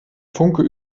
funke